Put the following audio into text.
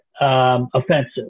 offensive